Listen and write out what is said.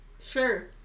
Sure